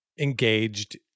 engaged